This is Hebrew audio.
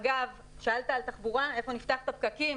אגב, שאלת על תחבורה, היכן נפתח את הפקקים.